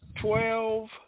twelve